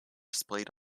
displayed